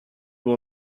will